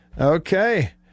Okay